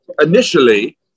initially